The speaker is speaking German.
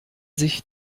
sich